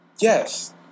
Yes